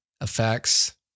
effects